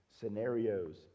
scenarios